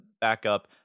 backup